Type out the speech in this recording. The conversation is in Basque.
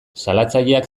salatzaileak